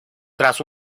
tras